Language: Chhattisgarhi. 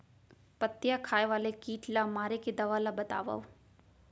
पत्तियां खाए वाले किट ला मारे के दवा ला बतावव?